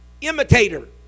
imitator